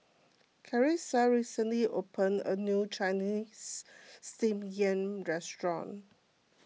Carissa recently opened a new Chinese Steamed Yam restaurant